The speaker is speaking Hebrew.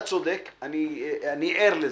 אתה צודק, אני ער לזה.